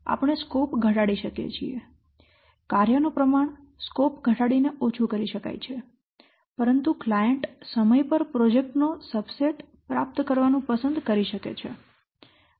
આપણે સ્કોપ ઘટાડી શકીએ છીએ કાર્યનું પ્રમાણ સ્કોપ ઘટાડીને ઓછું કરી શકાય છે પરંતુ ક્લાયંટ સમય પર પ્રોજેક્ટ નો સબસેટ પ્રાપ્ત કરવાનું પસંદ કરી શકે છે